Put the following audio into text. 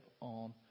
on